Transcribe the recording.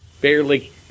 barely